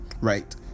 right